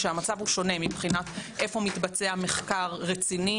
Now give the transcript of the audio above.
כשהמצב הוא שונה מבחינת היכן מתבצע מחקר רציני